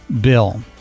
bill